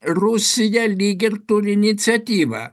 rusija lyg ir turi iniciatyvą